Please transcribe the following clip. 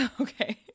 Okay